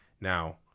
Now